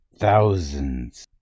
thousands